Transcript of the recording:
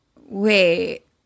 wait